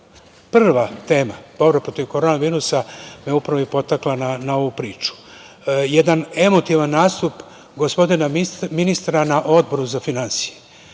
BDP.Prva tema, borba protiv korona virusa, me upravo i potakla na ovu priču. Jedan emotivan nastup gospodina ministra na Odboru za finansije,